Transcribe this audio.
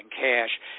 cash